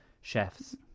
chefs